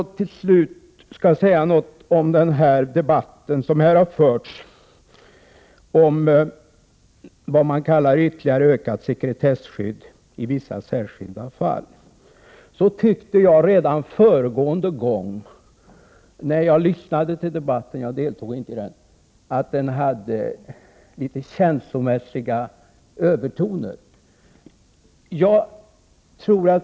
Om jag till slut skall säga någonting om den debatt som här har förts om vad man kallar ytterligare ökat sekretesskydd i vissa särskilda fall, vill jag anföra att jag redan föregående gång när jag lyssnade till debatten — jag deltog inte i den — tyckte att den hade litet känslomässiga övertoner.